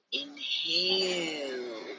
inhale